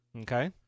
Okay